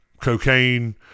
cocaine